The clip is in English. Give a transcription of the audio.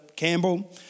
Campbell